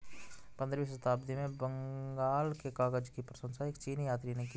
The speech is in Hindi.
पंद्रहवीं शताब्दी में बंगाल के कागज की प्रशंसा एक चीनी यात्री ने की